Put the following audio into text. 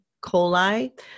coli